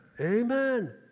Amen